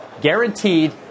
guaranteed